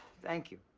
thank you.